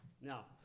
Now